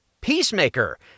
Peacemaker